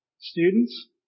Students